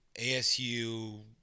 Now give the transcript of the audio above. ASU